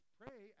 pray